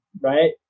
Right